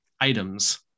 items